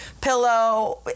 pillow